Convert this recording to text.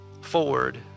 forward